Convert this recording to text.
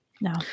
No